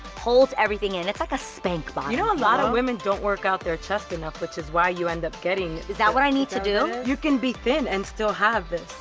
holds everything in, it's like a spank bottom. but you know a lot of women don't work out their chest enough which is why you end up getting is that what i need to do? you can be thin and still have